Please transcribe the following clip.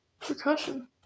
percussion